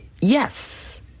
Yes